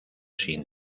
sin